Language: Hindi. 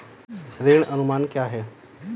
ऋण अनुमान क्या है?